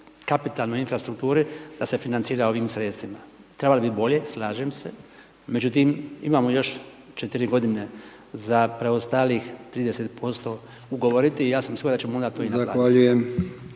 kapitalnoj infrastrukturi da se financira ovim sredstvima. Treba biti bolje, slažem se, međutim imamo još 4 godine za preostalih 30% ugovoriti i ja sam siguran da će onda to i naplatiti.